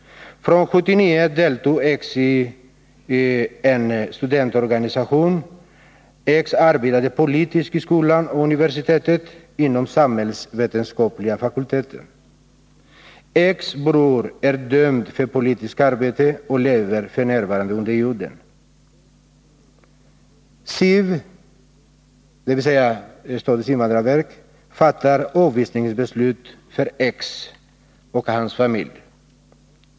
Från 1979 deltog X i en studentorganisation. X arbetade politiskt i skola och universitet, inom den samhällsvetenskapliga fakulteten. X bror är dömd för politiskt arbete och lever f. n. under jorden. Statens invandrarverk har fattat beslut om avvisning av X och hans familj.